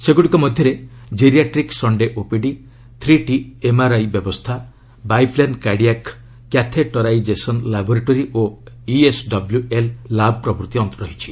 ସେଗୁଡ଼ିକ ମଧ୍ୟରେ geriatric Sunday OPD three T MRI ବ୍ୟବସ୍ଥା ବାଇପ୍ଲେନ୍ କାର୍ଡିଆକ୍ କ୍ୟାଥେଟରାଇଜେସନ୍ ଲାବୋରେଟୋରୀ ଓ ଇଏସ୍ଡବ୍ୟୁଏଲ୍ ଲାବ୍ ପ୍ରଭୃତି ରହିଛି